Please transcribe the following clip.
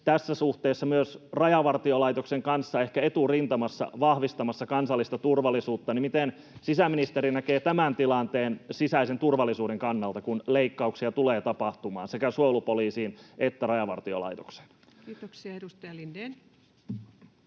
tässä suhteessa myös Rajavartiolaitoksen kanssa ehkä eturintamassa vahvistamassa kansallista turvallisuutta. Miten sisäministeri näkee tämän tilanteen sisäisen turvallisuuden kannalta, kun leikkauksia tulee tapahtumaan sekä suojelupoliisiin että Rajavartiolaitokseen? [Speech 239] Speaker: